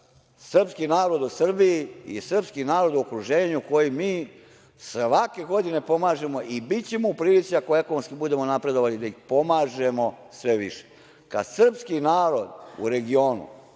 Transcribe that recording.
srpski narod u Srbiji i srpski narod u okruženju, koji mi svake godine pomažemo i bićemo u prilici, ako ekonomski budemo napredovali, da ih pomažemo sve više. Kada srpski narod u regionu